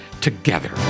together